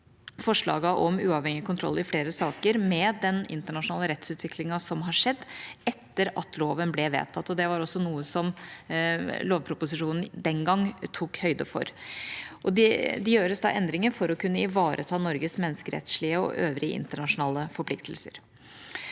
forslagene om uavhengig kontroll i flere saker med den internasjonale rettsutviklingen som har skjedd etter at loven ble vedtatt, og det var også noe som lovproposisjonen den gang tok høyde for. Det gjøres da endringer for å kunne ivareta Norges menneskerettslige og øvrige internasjonale forpliktelser.